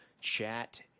Chat